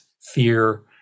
fear